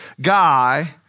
guy